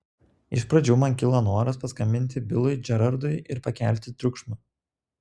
iš pradžių man kilo noras paskambinti bilui džerardui ir pakelti triukšmą